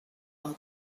are